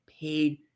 paid